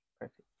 Perfect